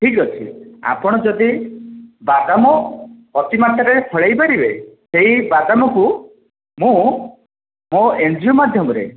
ଠିକ୍ ଅଛି ଆପଣ ଯଦି ବାଦାମ ଅତି ମାତ୍ରାରେ ଫଳେଇ ପାରିବେ ସେଇ ବାଦାମକୁ ମୁଁ ମୋ ଏନ୍ ଜି ଓ ମାଧ୍ୟମରେ